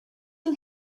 you